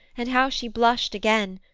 and how she blushed again,